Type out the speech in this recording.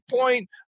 point